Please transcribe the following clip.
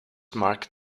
marked